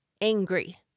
Angry